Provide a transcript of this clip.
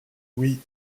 oui